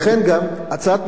הצעת מחליטים,